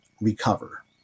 recover